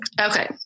Okay